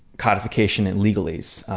codification and legalese,